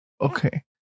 Okay